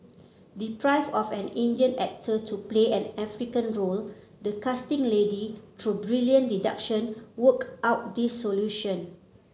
deprived of an Indian actor to play an African role the casting lady through brilliant deduction worked out this solution